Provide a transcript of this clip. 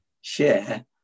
share